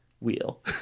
wheel